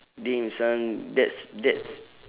damn son that's that's